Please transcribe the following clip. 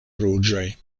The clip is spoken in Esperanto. ruĝaj